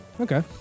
Okay